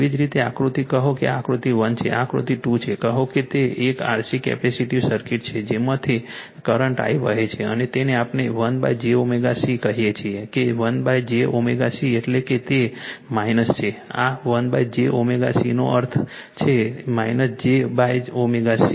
તેવી જ રીતે આકૃતિમાં કહો કે આ આકૃતિ 1 છે આ આકૃતિ 2 છે કહો કે તે એક RC કેપેસિટીવ સર્કિટ છે માંથી કરંટ I વહે છે અને તેને આપણે 1j ω C કહીએ છીએ કે 1j ω C એટલે કે તે છે આ 1 j ω C નો અર્થ j ω C છે